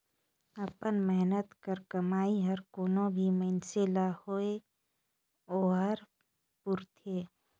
अपन मेहनत कर कमई हर कोनो भी मइनसे ल होए ओहर पूरथे